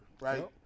right